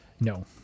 no